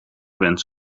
wens